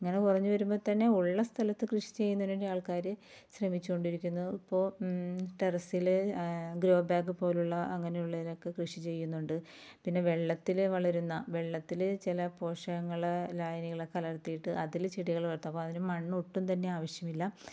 ഇങ്ങനെ കുറഞ്ഞ് വരുമ്പോൾത്തന്നെ ഉള്ള സ്ഥലത്ത് കൃഷി ചെയ്യുന്നതിന് വേണ്ടി ആൾക്കാർ ശ്രമിച്ചു കൊണ്ടിരിക്കുന്നു ഇപ്പോൾ ടെറസിൽ ഗ്രോ ബാഗ് പോലുള്ള അങ്ങനെ ഉള്ളതിലൊക്കെ കൃഷി ചെയ്യുന്നുണ്ട് പിന്നെ വെള്ളത്തിൽ വളരുന്ന വെള്ളത്തിൽ ചില പോഷകങ്ങൾ ലായനികളൊക്കെ കലർത്തിയിട്ട് അതിൽ ചെടികൾ വളർത്തുക അപ്പം അതിന് മണ്ണൊട്ടും തന്നെ ആവശ്യമില്ല